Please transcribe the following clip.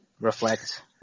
reflect